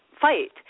fight